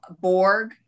borg